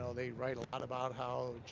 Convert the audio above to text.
so they write a lot about how